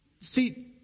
See